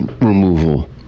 removal